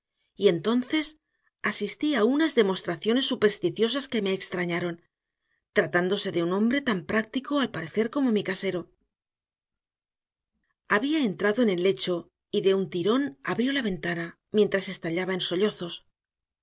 y entonces asistí a unas demostraciones supersticiosas que me extrañaron tratándose de un hombre tan práctico al parecer como mi casero había entrado en el lecho y de un tirón abrió la ventana mientras estallaba en sollozos